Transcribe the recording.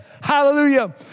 Hallelujah